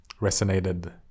resonated